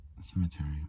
Cemetery